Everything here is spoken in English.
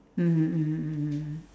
mmhmm mmhmm mmhmm